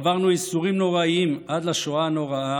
עברנו ייסורים נוראיים עד השואה הנוראה